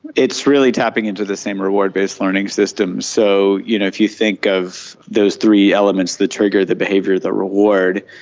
it's really tapping into the same reward based learning system. so you know if you think of those three elements that trigger the behaviour that reward,